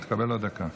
אתה תקבל עוד דקה.